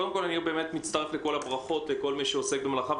מצטרף לברכות לכל מי שעוסק במלאכה.